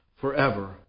forever